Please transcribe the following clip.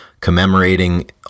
commemorating